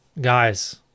guys